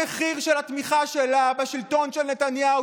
המחיר של התמיכה שלה בשלטון של נתניהו,